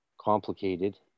complicated